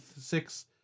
six